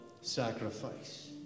sacrifice